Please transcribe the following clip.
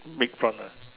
big talk ah